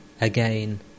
Again